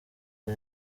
nda